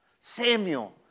Samuel